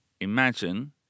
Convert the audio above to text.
Imagine